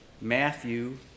Matthew